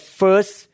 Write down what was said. first